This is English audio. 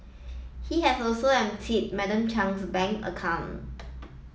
he had also emptied Madam Chung's bank account